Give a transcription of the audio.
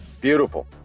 beautiful